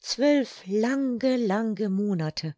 zwölf lange lange monate